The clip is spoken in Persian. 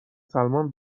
سلمان